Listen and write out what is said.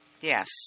Yes